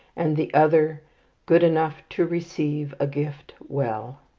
and the other good enough to receive a gift well.